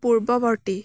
পূৰ্ৱৱৰ্তী